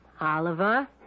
Oliver